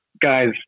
guys